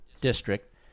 District